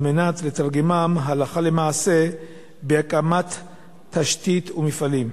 כדי לתרגמם הלכה למעשה בהקמת תשתית ומפעלים.